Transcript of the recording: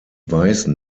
weißen